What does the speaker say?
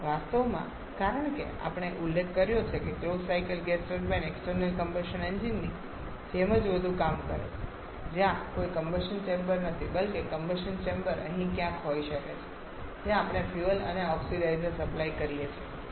વાસ્તવમાં કારણ કે આપણે ઉલ્લેખ કર્યો છે કે close cycle gas turbines external combustion engine ની જેમ વધુ કામ કરે છે જ્યાં કોઈ કમ્બશન ચેમ્બર નથી બલ્કે કમ્બશન ચેમ્બર અહીં ક્યાંક હોઈ શકે છે જ્યાં આપણે ફ્યુઅલ અને ઓક્સિડાઈઝર સપ્લાય કરીએ છીએ